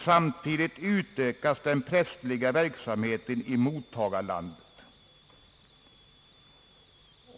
Samtidigt utökas den prästerliga verksamheten i mottagarlandet.